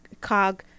cog